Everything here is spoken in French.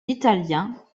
l’italien